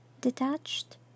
detached